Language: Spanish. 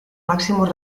máximos